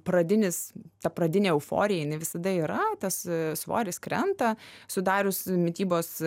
pradinis ta pradinė euforija jinai visada yra tas svoris krenta sudarius mitybos